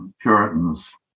Puritans